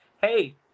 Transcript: hey